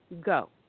go